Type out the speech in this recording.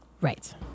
Right